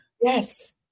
Yes